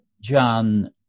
John